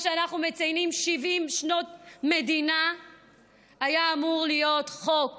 אבל הוא גם מוביל את המדינה לעימות